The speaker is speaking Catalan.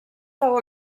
fou